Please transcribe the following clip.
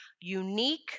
unique